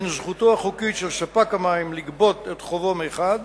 בין זכותו החוקית של ספק המים לגבות את חובו מחד,